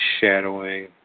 shadowing